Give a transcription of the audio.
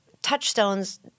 touchstones